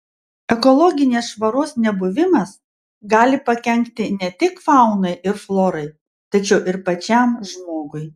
ekologinės švaros nebuvimas gali pakenkti ne tik faunai ir florai tačiau ir pačiam žmogui